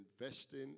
investing